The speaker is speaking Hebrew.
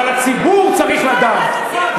אבל הציבור צריך לדעת,